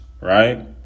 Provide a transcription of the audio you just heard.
right